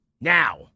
Now